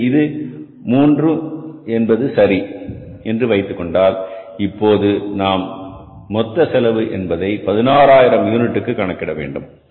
எனவே இந்த மூன்றும் சரி என்று வைத்துக் கொண்டால் இப்போது நாம் மொத்த செலவு என்பதை 16000 யூனிட்டுக்கு கணக்கிட வேண்டும்